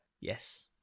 Yes